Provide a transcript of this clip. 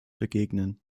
begegnen